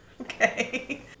Okay